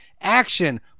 action